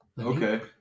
Okay